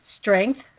strength